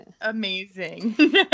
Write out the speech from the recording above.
amazing